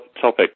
topic